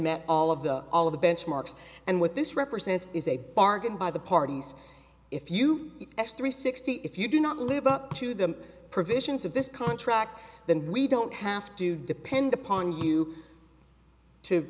met all of the all of the benchmarks and what this represents is a bargain by the pardons if you x three sixty if you do not live up to the provisions of this contract then we don't have to depend upon you to